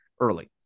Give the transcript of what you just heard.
early